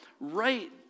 right